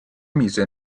mise